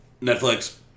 Netflix